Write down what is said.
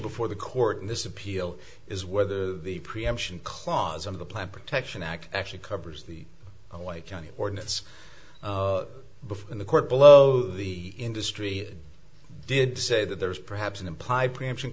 before the court in this appeal is whether the preemption clause of the plant protection act actually covers the white county ordinance before the court below the industry did say that there was perhaps an implied preemption